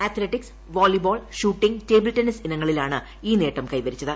athletics volleyball shooting table tennis ഇനങ്ങളിലാണ് ഈ നേട്ടം കൈവരിച്ചത്